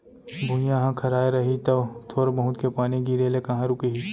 भुइयॉं ह खराय रही तौ थोर बहुत के पानी गिरे ले कहॉं रूकही